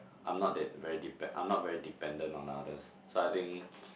I'm not that very depen~ I'm not very dependant on others so I think